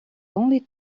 only